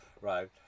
right